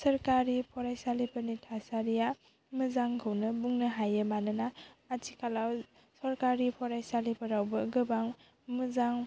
सोरखारि फरायसालिफोरनि थासारिया मोजांखौनो बुंनो हायो मानोना आथिखालाव सरखारि फरायसालिफोरावबो गोबां मोजां